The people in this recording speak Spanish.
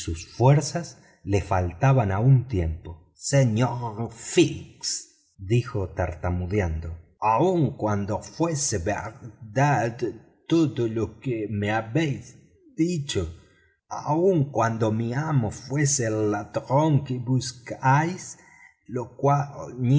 fuerzas le faltaban a un tiempo señor fix dijo tartamudeando aun cuando fuese verdad todo lo que me habéis dicho aun cuando mi amo fuese el ladrón que buscáis lo